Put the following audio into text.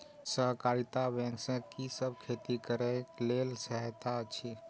सहकारिता बैंक से कि सब खेती करे के लेल सहायता अछि?